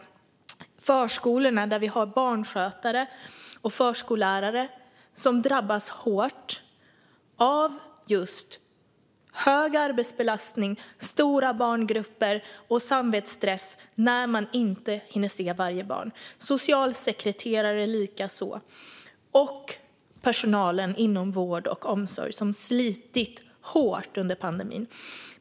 Det gäller förskolorna, där vi har barnskötare och förskollärare som drabbas hårt av just hög arbetsbelastning, stora barngrupper och samvetsstress när de inte hinner se varje barn. Det gäller likaså socialsekreterare och personalen inom vård och omsorg, som slitit hårt under pandemin.